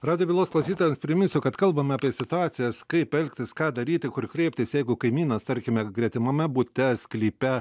radijo bylos klausytojams priminsiu kad kalbame apie situacijas kaip elgtis ką daryti kur kreiptis jeigu kaimynas tarkime gretimame bute sklype